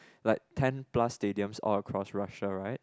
like ten plus stadiums all across Russia right